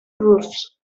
roofs